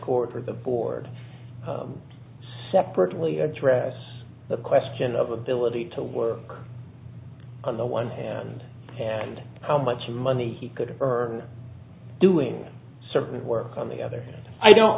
court for the board separately address the question of ability to work on the one hand and how much money he could earn doing certain work on the other hand i don't